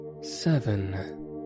seven